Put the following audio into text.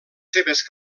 seves